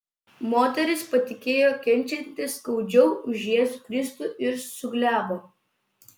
moteris patikėjo kenčianti skaudžiau už jėzų kristų ir suglebo